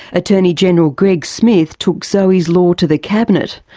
attorney general greg smith took zoe's law to the cabinet.